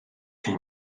too